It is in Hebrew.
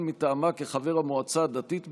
מטעמה כחבר המועצה הדתית בירושלים,